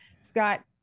Scott